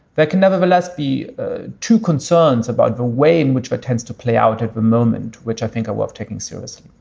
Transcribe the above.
that can nevertheless be to concerns about the way in which that but tends to play out at the moment, which i think are worth taking seriously.